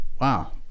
wow